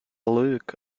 look